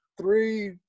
three